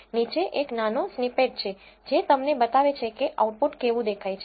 નીચે એક નાનો સ્નિપેટ છે જે તમને બતાવે છે કે આઉટપુટ કેવું દેખાય છે